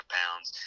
pounds